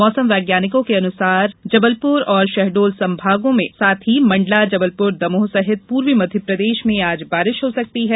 मौसम विज्ञानियों के अनुमान के अनुसार जबलपुर एवं शहडोल संभागों के जिलों सहित मंडला जबलपुर दमोह सहित पूर्वी मध्य प्रदेश में आज बारिश हो सकती है